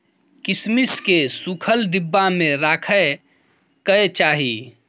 किशमिश केँ सुखल डिब्बा मे राखे कय चाही